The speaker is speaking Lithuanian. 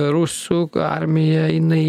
rusų armija jinai